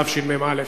תשמ"א.